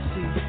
See